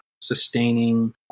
sustaining